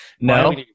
No